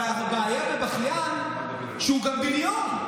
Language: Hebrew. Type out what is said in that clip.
והבעיה בבכיין שהוא גם בריון.